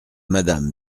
madame